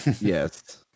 yes